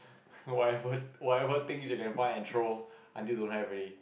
whatever whatever thing she can find and throw until don't have already